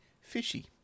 fishy